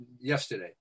yesterday